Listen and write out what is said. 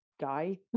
guy